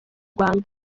rwanda